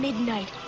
Midnight